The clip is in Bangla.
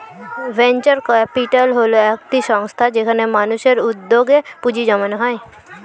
ভেঞ্চার ক্যাপিটাল হল একটি সংস্থা যেখানে মানুষের উদ্যোগে পুঁজি জমানো হয়